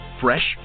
fresh